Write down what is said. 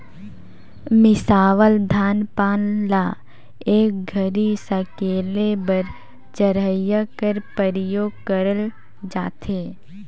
मिसावल धान पान ल एक घरी सकेले बर चरहिया कर परियोग करल जाथे